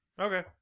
Okay